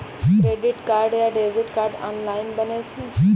Credit card या debit card online बनै छै?